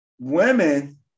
Women